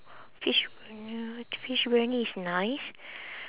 fish ya fish briyani is nice